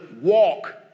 walk